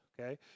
okay